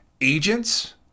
Agents